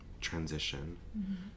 transition